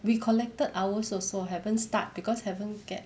we collected ours also haven't start because haven't get